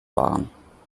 waren